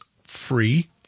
free